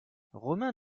romain